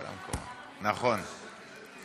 יש